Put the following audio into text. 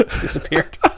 disappeared